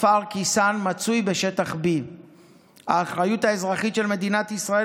הכפר קיסאן מצוי בשטח B. האחריות האזרחית של מדינת ישראל